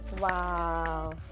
Wow